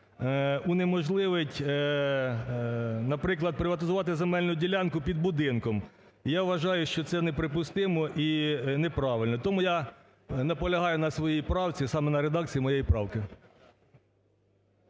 унеможливить, наприклад, приватизувати земельну ділянку під будинком. Я вважаю, що це неприпустимо і неправильно. Тому я наполягаю на своїй правці, саме на редакції моєї правки.